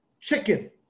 chicken